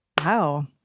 Wow